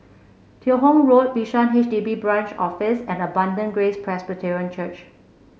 Teo Hong Road Bishan H D B Branch Office and Abundant Grace Presbyterian Church